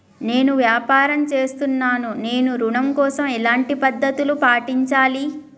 నేను వ్యాపారం చేస్తున్నాను నేను ఋణం కోసం ఎలాంటి పద్దతులు పాటించాలి?